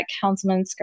Councilman